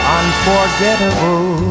unforgettable